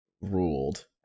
ruled